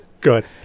good